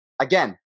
again